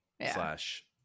slash